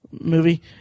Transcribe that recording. movie